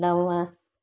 नव